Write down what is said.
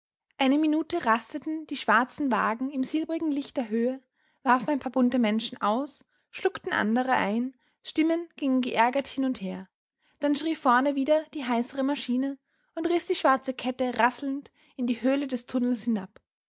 eine minute rasteten die schwarzen wagen im silbrigen licht der höhe warfen paar bunte menschen aus schluckten andere ein stimmen gingen geärgert hin und her dann schrie vorne wieder die heisere maschine und riß die schwarze kette rasselnd in die höhle des tunnels hinab